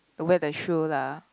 don't wear the shoe lah